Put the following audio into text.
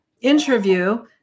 interview